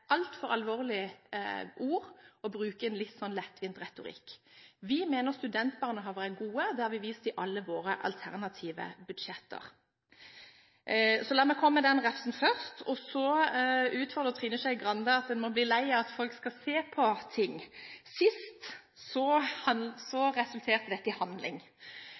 altfor alvorlig ord å bruke i en litt lettvinn retorikk. Vi mener studentbarnehager er gode, det har vi vist i alle våre alternative budsjetter, så la meg komme med den refsen. Så utfordret Trine Skei Grande, at en må bli lei av at folk skal «se på» ting. Sist resulterte dette i handling,